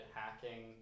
hacking